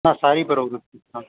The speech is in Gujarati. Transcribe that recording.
હા સારી પ્રવૃતિ હા